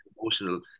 emotional